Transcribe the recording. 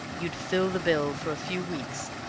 you'd fill the bill for a few weeks,